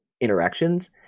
interactions